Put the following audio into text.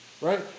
right